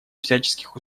всяческих